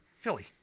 Philly